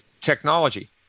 technology